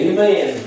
Amen